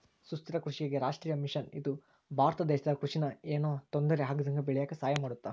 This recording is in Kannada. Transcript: ಸುಸ್ಥಿರ ಕೃಷಿಗಾಗಿ ರಾಷ್ಟ್ರೀಯ ಮಿಷನ್ ಇದು ಭಾರತ ದೇಶದ ಕೃಷಿ ನ ಯೆನು ತೊಂದರೆ ಆಗ್ದಂಗ ಬೇಳಿಯಾಕ ಸಹಾಯ ಮಾಡುತ್ತ